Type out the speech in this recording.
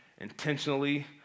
intentionally